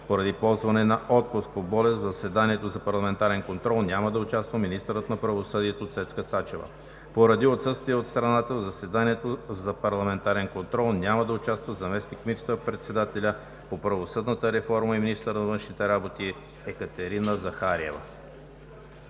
Поради ползване на отпуск по болест в заседанието за парламентарен контрол няма да участва министърът на правосъдието Цецка Цачева. Поради отсъствие от страната в заседанието за парламентарен контрол няма да участва заместник министър-председателят по правосъдната реформа и министър на външните работи Екатерина Захариева.